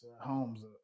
Homes